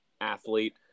athlete